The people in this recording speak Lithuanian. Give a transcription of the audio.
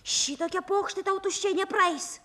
šitokie pokštai tau tuščiai nepraeis